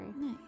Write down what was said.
Nice